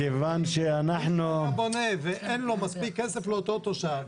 מי שהיה בונה ואין לו מספיק כסף לאותו תושב,